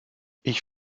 ich